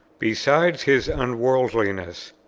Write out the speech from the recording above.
besides his unworldliness,